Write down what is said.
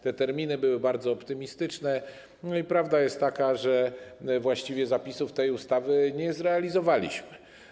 Te terminy były bardzo optymistyczne i prawda jest taka, że właściwie zapisów tej ustawy nie zrealizowaliśmy.